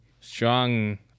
strong